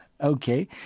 okay